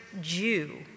Jew